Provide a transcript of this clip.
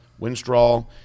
Winstrol